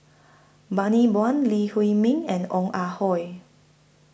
Bani Buang Lee Huei Min and Ong Ah Hoi